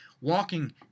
walking